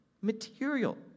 material